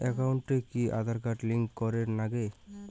একাউন্টত কি Aadhaar card link করের নাগে?